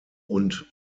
und